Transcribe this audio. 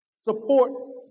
Support